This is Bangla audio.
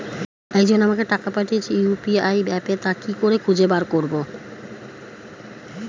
একজন আমাকে টাকা পাঠিয়েছে ইউ.পি.আই অ্যাপে তা কি করে খুঁজে বার করব?